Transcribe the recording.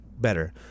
better